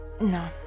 No